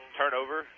turnover